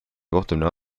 kohtumine